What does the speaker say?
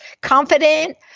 confident